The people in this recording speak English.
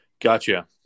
gotcha